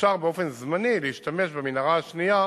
אפשר באופן זמני להשתמש במנהרה השנייה